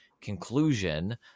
conclusion